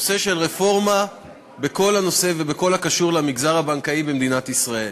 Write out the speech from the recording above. הנושא של הרפורמה בכל הקשור למגזר הבנקאי במדינת ישראל.